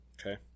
Okay